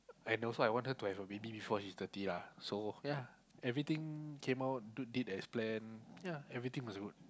and also I want her to have a baby before she's thirty lah so ya everything came out did as planned ya everything was good